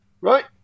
right